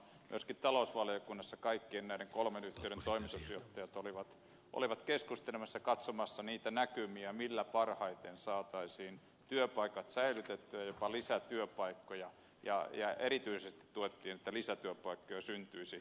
myöskin talousvaliokunnassa kaikkien näiden kolmen yhtiön toimitusjohtajat olivat keskustelemassa ja katsomassa niitä näkymiä millä parhaiten saataisiin työpaikat säilytettyä ja jopa lisätyöpaikkoja ja erityisesti tuettiin että lisätyöpaikkoja syntyisi